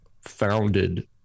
founded